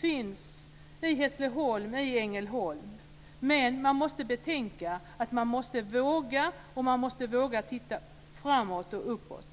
finns i Hässleholm och Ängelholm men man måste betänka att man måste våga. Man måste, som sagt, våga titta framåt och uppåt.